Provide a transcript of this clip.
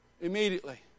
immediately